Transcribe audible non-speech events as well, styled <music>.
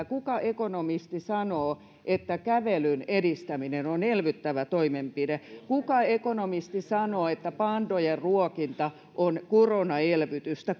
<unintelligible> kuka ekonomisti sanoo että kävelyn edistäminen on elvyttävä toimenpide kuka ekonomisti sanoo että pandojen ruokinta on koronaelvytystä <unintelligible>